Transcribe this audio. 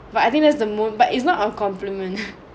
but I think there's the mole but it's not a compliment